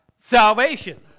Salvation